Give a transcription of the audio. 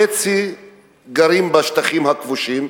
חצי גרים בשטחים הכבושים,